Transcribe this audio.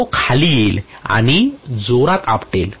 तो खाली येईल आणि जोरात आपटेल